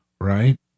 right